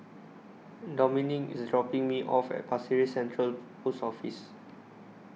Dominik IS dropping Me off At Pasir Ris Central Post Office